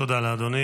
תודה לאדוני.